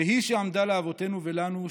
"והיא שעמדה לאבותינו ולנו,